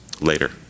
later